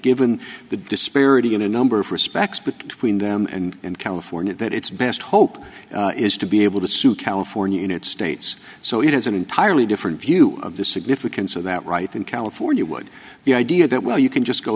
given the disparity in a number of respects between them and in california that it's best hope is to be able to sue california in its states so it has an entirely different view of the significance of that right in california would the idea that where you can just go